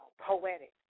poetic